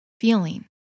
feeling